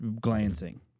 glancing